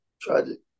Tragic